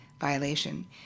violation